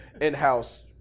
in-house